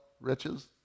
riches